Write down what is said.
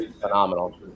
phenomenal